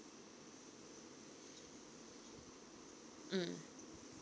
mm